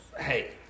Hey